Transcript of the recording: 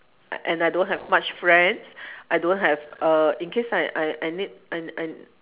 and I don't have much friends I don't have err in case I I I need I n~ I